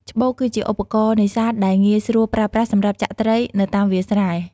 ច្បូក គឺជាឧបករណ៍នេសាទដែលងាយស្រួលប្រើប្រាស់សម្រាប់ចាក់ត្រីនៅតាមវាលស្រែ។